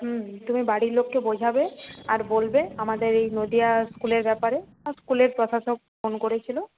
হুম তুমি বাড়ির লোককে বোঝাবে আর বলবে আমাদের এই নদীয়া স্কুলের ব্যাপারে স্কুলের প্রশাসক ফোন করেছিল